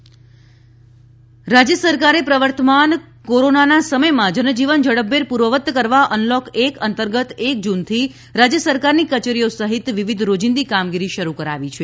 મુખ્યમંત્રી જનજીવન રાજ્ય સરકારે પ્રવર્તમાન કોરોનાના સમયમાં જનજીવન ઝડપભેર પૂર્વવત કરવા અનલોક એક અંતર્ગત એક જૂનથી રાજ્ય સરકારની કચેરીઓ સહિતની વિવિધ રોજિંદી કામગીરી શરૂ કરાવી છે